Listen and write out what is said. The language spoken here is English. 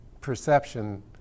perception